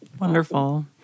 Wonderful